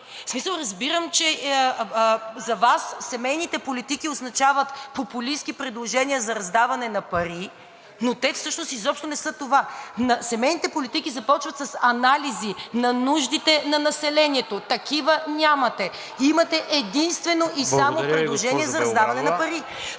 В смисъл, разбирам, че за Вас семейните политики означават популистки предложения за раздаване на пари, но те всъщност изобщо не са това. Семейните политики започват с анализи на нуждите на населението. Такива нямате! Имате единствено и само предложения за раздаване на пари.